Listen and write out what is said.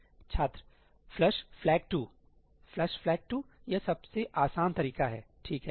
छात्रflush flush यह सबसे आसान तरीका है ठीक है